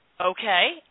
Okay